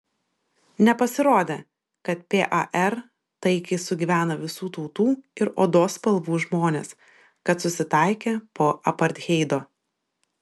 nepasirodė kad par taikiai sugyvena visų tautų ir odos spalvų žmonės kad susitaikė po apartheido